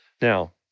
now